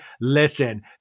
listen